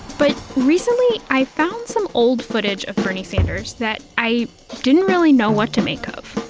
but recently, i found some old footage of bernie sanders that i didn't really know what to make of.